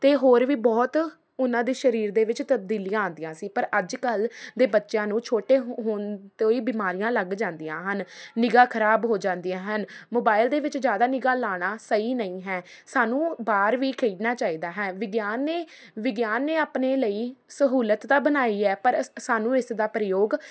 ਅਤੇ ਹੋਰ ਵੀ ਬਹੁਤ ਉਹਨਾਂ ਦੇ ਸਰੀਰ ਦੇ ਵਿੱਚ ਤਬਦੀਲੀਆਂ ਆਉਂਦੀਆਂ ਸੀ ਪਰ ਅੱਜ ਕੱਲ੍ਹ ਦੇ ਬੱਚਿਆਂ ਨੂੰ ਛੋਟੇ ਹੋਣ ਤੋਂ ਹੀ ਬਿਮਾਰੀਆਂ ਲੱਗ ਜਾਂਦੀਆਂ ਹਨ ਨਿਗ੍ਹਾ ਖਰਾਬ ਹੋ ਜਾਂਦੀਆਂ ਹਨ ਮੋਬਾਇਲ ਦੇ ਵਿੱਚ ਜ਼ਿਆਦਾ ਨਿਗ੍ਹਾ ਲਾਉਣਾ ਸਹੀ ਨਹੀਂ ਹੈ ਸਾਨੂੰ ਬਾਹਰ ਵੀ ਖੇਡਣਾ ਚਾਹੀਦਾ ਹੈ ਵਿਗਿਆਨ ਨੇ ਵਿਗਿਆਨ ਨੇ ਆਪਣੇ ਲਈ ਸਹੂਲਤ ਤਾਂ ਬਣਾਈ ਹੈ ਪਰ ਸਾ ਸਾਨੂੰ ਇਸਦਾ ਪ੍ਰਯੋਗ